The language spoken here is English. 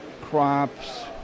crops